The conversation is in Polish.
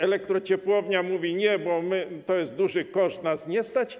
Elektrociepłownia mówi: nie, bo to jest duży koszt, nas nie stać.